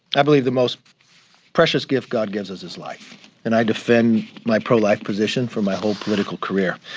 i believe the most precious gift god gives us his life. and i defend my pro-life position for my whole political career.